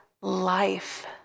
life